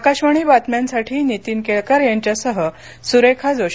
आकाशवाणी बातम्यांसाठी प्ण्याहन नीतीन केळकर यांच्यासह सुरेखा जोशी